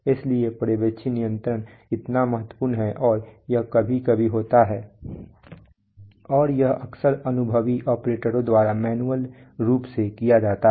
इसलिए पर्यवेक्षी नियंत्रण इतना महत्वपूर्ण है और यह कभी कभी होता है और यह अक्सर अनुभवी ऑपरेटरों द्वारा मैन्युअल रूप से किया जाता है